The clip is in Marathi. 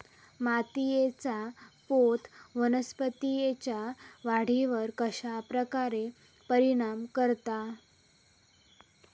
मातीएचा पोत वनस्पतींएच्या वाढीवर कश्या प्रकारे परिणाम करता?